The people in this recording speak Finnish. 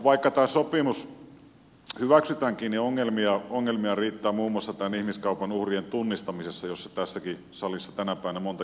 vaikka tämä sopimus hyväksytäänkin niin ongelmia riittää muun muassa tämän ihmiskaupan uhrien tunnistamisessa josta tässäkin salissa tänä päivänä monta kertaa on puhuttu